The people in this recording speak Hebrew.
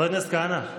חבר הכנסת כהנא.